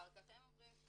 אחר כך הם אומרים,